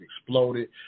exploded